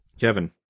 Kevin